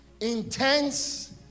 intense